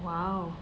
!wow!